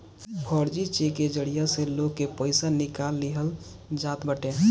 फर्जी चेक के जरिया से लोग के पईसा निकाल लिहल जात बाटे